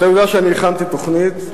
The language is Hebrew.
אתה יודע שאני הכנתי תוכנית,